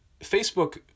Facebook